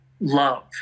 love